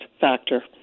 factor